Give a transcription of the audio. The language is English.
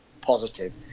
positive